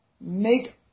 make